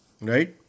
right